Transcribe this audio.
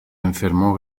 enfermó